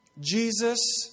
Jesus